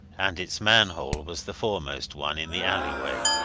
and its manhole was the foremost one in the alleyway.